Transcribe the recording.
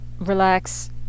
Relax